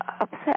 upset